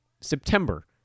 September